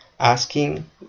asking